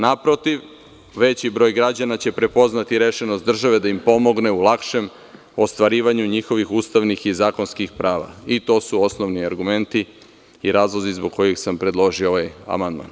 Naprotiv, veći broj građana će prepoznati rešenost države da im pomogne u lakšem ostvarivanju njihovih ustavnih i zakonskih prava i to su osnovni argumenti i razlozi zbog kojih sam predložio ovaj amandman.